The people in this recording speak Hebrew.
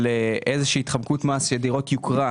של איזו שהיא התחמקות מס של דירות יוקרה.